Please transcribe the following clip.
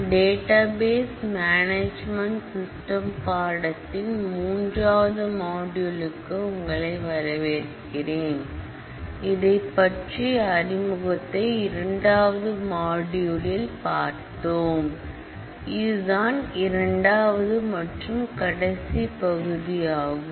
database management system பாடத்தின் மூன்றாவது module உங்களை வரவேற்கிறேன் இதை பற்றிய அறிமுகத்தை இரண்டாவது மாடுயூல் பார்த்தோம் இதுதான் இரண்டாவது மற்றும் கடைசி பகுதியாகும்